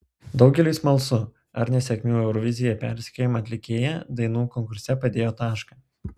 daugeliui smalsu ar nesėkmių eurovizijoje persekiojama atlikėja dainų konkurse padėjo tašką